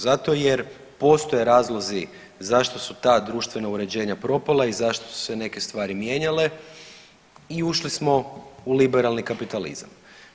Zato jer postoje razlozi zašto su ta društvena uređenja propala i zašto su se neke stvari mijenjali i ušli smo u liberalni kapitalizam.